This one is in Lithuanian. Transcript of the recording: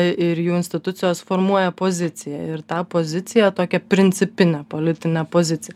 ir jų institucijos formuoja poziciją ir tą poziciją tokią principinę politinę poziciją